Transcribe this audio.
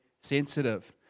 sensitive